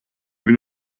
bin